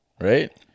right